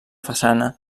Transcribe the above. façana